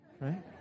right